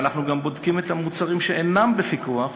ואנחנו גם בודקים את המוצרים שאינם בפיקוח,